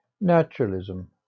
Naturalism